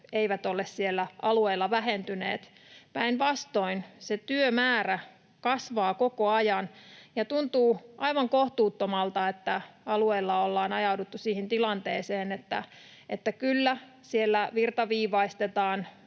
eivät ole siellä alueilla vähentyneet. Päinvastoin, se työmäärä kasvaa koko ajan, ja tuntuu aivan kohtuuttomalta, että alueilla ollaan ajauduttu siihen tilanteeseen, että kyllä, siellä virtaviivaistetaan